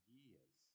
years